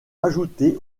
rajouté